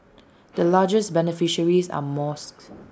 the largest beneficiaries are mosques